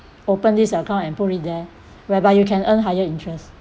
open this account and put it there whereby you can earn higher interest